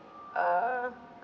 uh